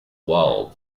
wall